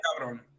cabrón